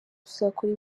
tuzakora